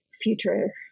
future